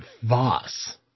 Voss